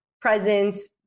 presents